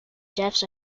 deaths